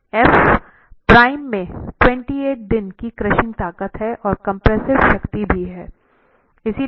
f prime में 28 दिन की क्रशिंग ताकत है और कम्प्रेसिव शक्ति भी हैं